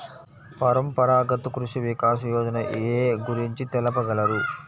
పరంపరాగత్ కృషి వికాస్ యోజన ఏ గురించి తెలుపగలరు?